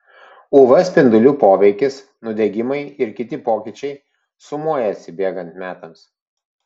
uv spindulių poveikis nudegimai ir kiti pokyčiai sumuojasi bėgant metams